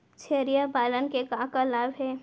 छेरिया पालन के का का लाभ हे?